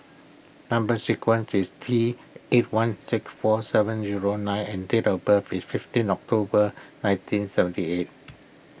Number Sequence is T eight one six four seven zero nine and date of birth is fifteen October nineteen seventy eight